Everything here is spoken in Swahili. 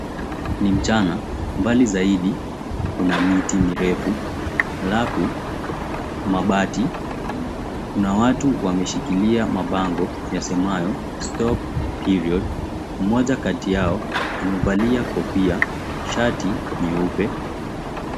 Ni mchana, mbali zaidi kuna miti mirefu alafu mabati. Kuna watu wameshikilia mabango yasemayo, Stop Period. Mmoja kati yao amevalia kofia, shati nyeupe.